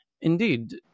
Indeed